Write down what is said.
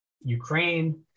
Ukraine